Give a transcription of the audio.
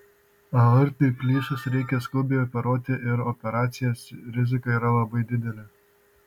aortai plyšus reikia skubiai operuoti ir operacijos rizika yra labai didelė